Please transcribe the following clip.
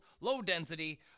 low-density